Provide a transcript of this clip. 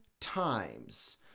times